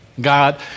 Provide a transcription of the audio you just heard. God